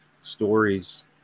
stories